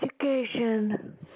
Education